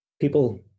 people